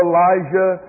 Elijah